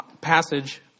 passage